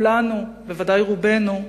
כולנו, ודאי רובנו,